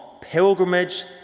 pilgrimage